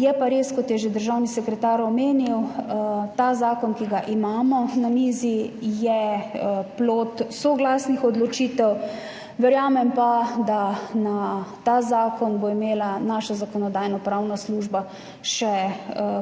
Je pa res, kot je omenil že državni sekretar, ta zakon, ki ga imamo na mizi, je plod soglasnih odločitev. Verjamem pa, da bo imela glede tega zakona Zakonodajno-pravna služba še